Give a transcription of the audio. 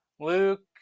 Luke